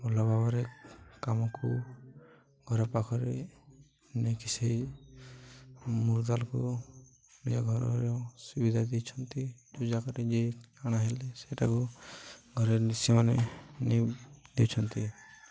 ଭଲ ଭାବରେ କାମକୁ ଘର ପାଖରେ ନେଇକି ସେଇ ମୁରଦାଲକୁ ଓଡ଼ିଆ ଘରର ସୁବିଧା ଦେଇଛନ୍ତି ଯୋଉ ଜାଗାରେ ଯି ଆଣା ହେଲେ ସେଟାକୁ ଘରେ ସେମାନେ ନେଇ ଦେଉଛନ୍ତି